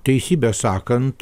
teisybę sakant